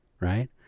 right